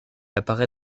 apparaît